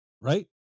Right